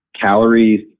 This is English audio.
calories